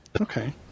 Okay